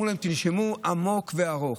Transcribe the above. אמרו להם: תנשמו עמוק וארוך.